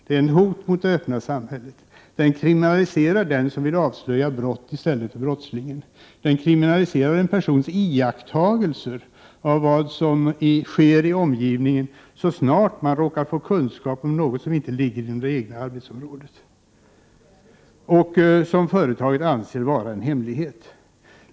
Den är ett hot mot det öppna samhället. Den kriminaliserar den som vill avslöja brott i stället för brottslingen. Den kriminaliserar en persons iakttagelser av vad som sker i omgivningen, så snart man råkar få Prot. 1988/89:111 kunskap om något som inte ligger inom det egna arbetsområdet och som 10 maj 1989 företaget anser vararen hemlighet. ,| Skydd förföretagsi.